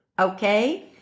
Okay